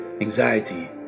anxiety